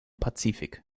pazifik